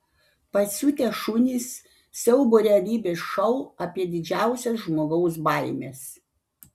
pasiutę šunys siaubo realybės šou apie didžiausias žmogaus baimes